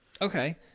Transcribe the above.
Okay